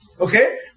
Okay